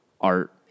art